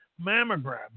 mammograms